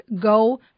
Go